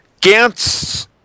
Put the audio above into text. Gantz